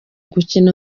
gukina